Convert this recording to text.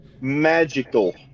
magical